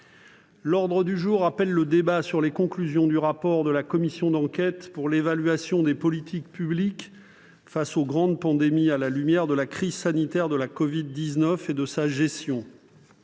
avons terminé avec le débat sur les conclusions du rapport de la commission d'enquête pour l'évaluation des politiques publiques face aux grandes pandémies à la lumière de la crise sanitaire de la covid-19 et de sa gestion.